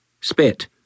Spit